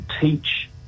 teach